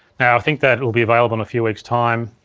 now, i think that will be available in a few weeks time